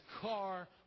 car